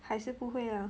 还是不会 lah